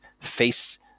face